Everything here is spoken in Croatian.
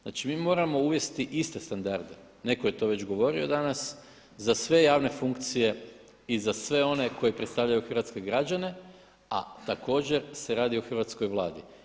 Znači mi moramo uvesti iste standarde, netko je to već govorio danas, za sve javne funkcije i za sve one koji predstavljaju hrvatske građane, a također se radi o Hrvatskoj vladi.